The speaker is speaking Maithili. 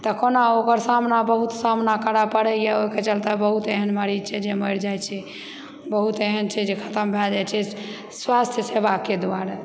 तऽ कोना ओकर सामना बहुत सामना करै पड़ैए ओहिके चलते बहुत एहन मरीज छै जे मरि जाइत छै बहुत एहन छै जे खतम भए जाइत छै स्वास्थ्य सेवाके दुआरे